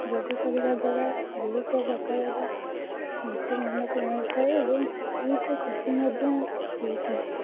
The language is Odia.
ଯୋଗ କରିବା ଦ୍ୱାରା ବହୁତ ପ୍ରକାରର ଶାନ୍ତ ମନକୁ ମିଳିଥାଏ ଏବଂ ବହୁତ ଖୁସି ମଧ୍ୟ ମିଳିଥାଏ